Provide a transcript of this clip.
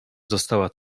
została